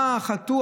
מה חטאו?